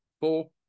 four